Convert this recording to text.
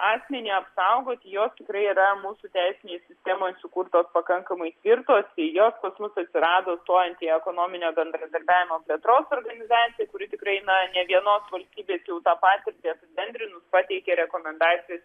asmenį apsaugoti jos tikrai yra mūsų teisinėj sistemoj sukurtos pakankamai ir tos sijos pas mus atsirado stojant į ekonominio bendradarbiavimo plėtros organizaciją kuri tikrai na ne vienos valstybės jau tą patirtį apibendrinus pateikė rekomendacijas